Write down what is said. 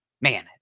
Man